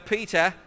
Peter